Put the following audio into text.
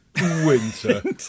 Winter